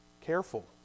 Careful